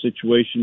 situation